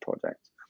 projects